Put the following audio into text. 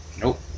Nope